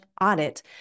audit